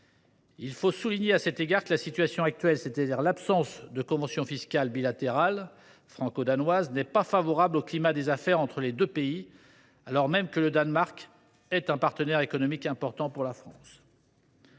de souligner que la situation actuelle, c’est à dire l’absence de convention fiscale bilatérale franco danoise, n’est pas favorable au climat des affaires entre les deux pays, alors même que le Danemark est un partenaire économique important pour la France.